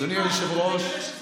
תגלה שזה נכון.